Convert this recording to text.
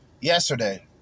yesterday